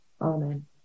Amen